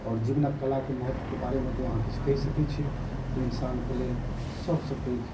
आओर जीवनके कलाके महत्वके बारेमे जँ अहाँ किछु कहि सकै छी तऽ इन्सानके लेल सबसँ पैघ